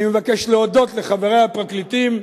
אני מבקש להודות לחברי הפרקליטים,